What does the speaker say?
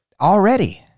already